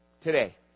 Today